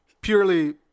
purely